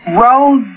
Rose